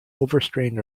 overstrained